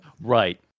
Right